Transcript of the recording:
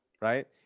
right